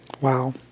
Wow